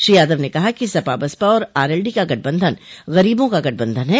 श्री यादव ने कहा कि सपा बसपा और आरएलडी का गठबंधन गरीबों का गठबंधन है